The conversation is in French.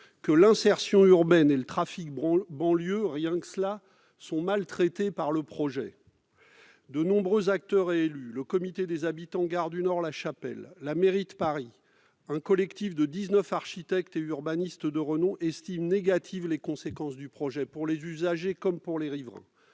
que l'insertion urbaine et le trafic banlieue- rien que cela ! -sont maltraités par le projet. De nombreux acteurs et élus- le Comité des habitants Gare du Nord-La Chapelle, la mairie de Paris, un collectif de 19 architectes et urbanistes de renom -estiment négatives les conséquences du projet, pour les usagers comme pour les riverains.